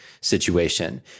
situation